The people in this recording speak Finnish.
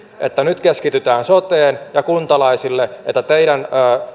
että nyt keskitytään soteen ja kuntalaisille että teidän